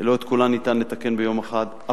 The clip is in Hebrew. לא את כולן ניתן לתקן ביום אחד,